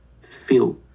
feel